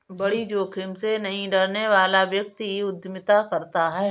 बड़ी जोखिम से नहीं डरने वाला व्यक्ति ही उद्यमिता करता है